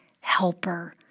helper